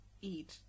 eat